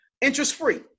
interest-free